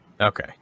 okay